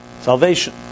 salvation